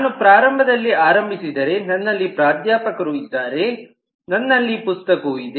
ನಾನು ಪ್ರಾರಂಭದಲ್ಲೇ ಆರಂಭಿಸದರೆ ನನ್ನಲ್ಲಿ ಪ್ರಾಧ್ಯಾಪಕರು ಇದ್ದಾರೆ ನನ್ನಲ್ಲಿ ಪುಸ್ತಕವು ಇದೆ